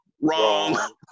Wrong